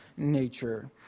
nature